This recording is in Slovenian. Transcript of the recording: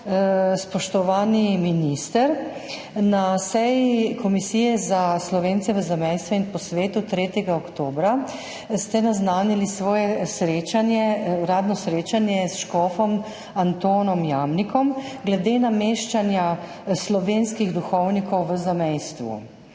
Spoštovani minister, na seji Komisije za Slovence v zamejstvu in po svetu 3. oktobra ste naznanili svoje uradno srečanje s škofom Antonom Jamnikom glede nameščanja slovenskih duhovnikov v zamejstvu.